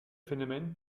phénomène